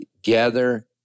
together